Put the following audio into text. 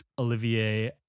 Olivier